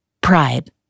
Pride